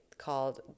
called